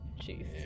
Jeez